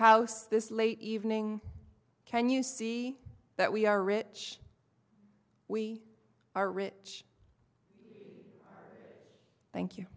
house this late evening can you see that we are rich we are rich thank you